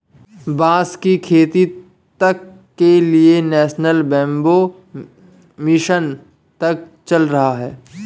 बांस की खेती तक के लिए नेशनल बैम्बू मिशन तक चल रहा है